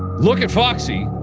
look at foxy,